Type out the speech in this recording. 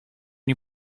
you